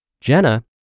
Jenna